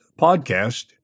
podcast